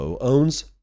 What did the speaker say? owns